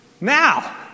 Now